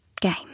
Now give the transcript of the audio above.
game